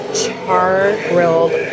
char-grilled